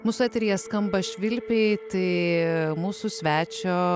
mūsų eteryje skamba švilpiai tai mūsų svečio